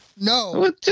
No